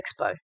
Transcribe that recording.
Expo